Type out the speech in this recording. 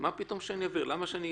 מה פתאום שאני אעביר?